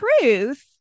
truth